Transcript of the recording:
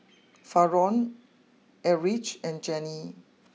Faron Erich and Jenni